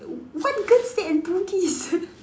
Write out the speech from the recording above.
what girl stay at Bugis